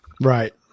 Right